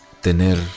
tener